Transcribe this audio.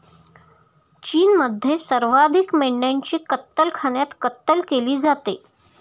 चीनमध्ये सर्वाधिक मेंढ्यांची कत्तलखान्यात कत्तल केली जाते